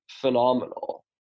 phenomenal